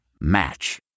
Match